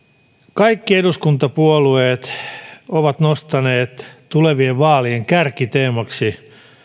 kaikki eduskuntapuolueet ovat nostaneet tulevien vaalien kärkiteemaksi